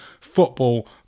football